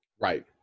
Right